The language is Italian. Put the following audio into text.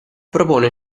propone